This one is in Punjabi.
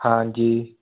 ਹਾਂਜੀ